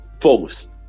False